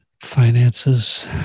finances